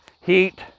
heat